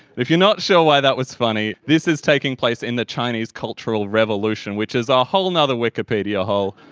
if you're not sure why that was funny, this is taking place in the chinese cultural revolution, which is a whole and other wikipedia hole.